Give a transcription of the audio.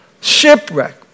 shipwreck